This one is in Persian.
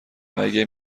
مگه